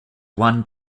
won